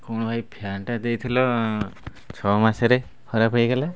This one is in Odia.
କ'ଣ ଭାଇ ଫ୍ୟାନ୍ଟା ଦେଇଥିଲ ଛଅ ମାସରେ ଖରାପ ହେଇଗଲା